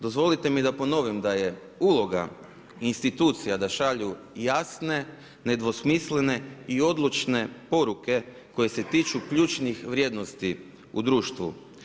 Dozvolite mi da ponovim da je uloga institucija da šalju jasne, nedvosmislene i odlučne poruke koje se tiču ključnih vrijednosti u društvu.